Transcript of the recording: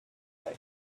but